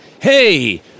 hey